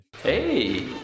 hey